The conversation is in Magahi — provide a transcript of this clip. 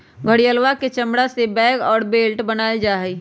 घड़ियलवा के चमड़ा से बैग और बेल्ट बनावल जाहई